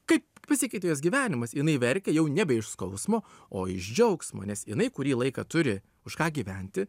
kaip pasikeitė jos gyvenimas jinai verkia jau nebe iš skausmo o iš džiaugsmo nes jinai kurį laiką turi už ką gyventi